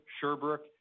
Sherbrooke